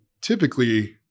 typically